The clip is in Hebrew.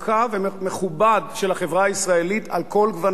ומכובד של החברה הישראלית על כל גווניה,